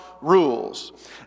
rules